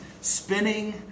spinning